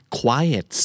quiet